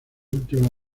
última